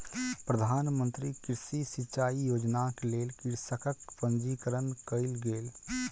प्रधान मंत्री कृषि सिचाई योजनाक लेल कृषकक पंजीकरण कयल गेल